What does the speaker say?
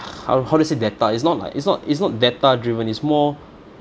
how how to say data it's not like it's not it's not data driven it's more